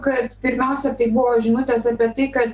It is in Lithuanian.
kad pirmiausia tai buvo žinutės apie tai kad